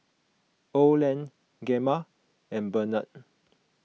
Oland Gemma and Barnett